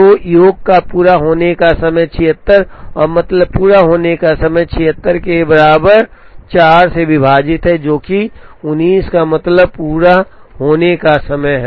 तो योग का योग पूरा होने का समय 76 और मतलब पूरा होने का समय 76 के बराबर 4 से विभाजित है जो कि 19 का मतलब पूरा होने का समय है